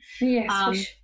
Yes